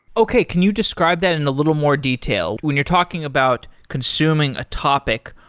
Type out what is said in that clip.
okay. can you describe that in a little more detail? when you're talking about consuming a topic,